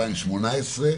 החוק,